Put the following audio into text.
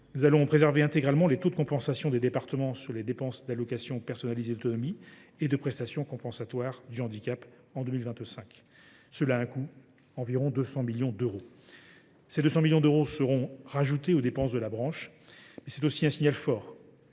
nous allons préserver intégralement les taux de compensation des départements sur les dépenses d’allocation personnalisée d’autonomie et de prestation de compensation du handicap en 2025. Cela a un coût : environ 200 millions d’euros. Cette somme sera ajoutée aux dépenses de la branche. Mais c’est aussi un signal fort